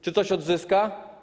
Czy coś odzyska?